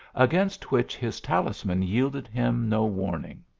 against which, his talisman yielded him no warning.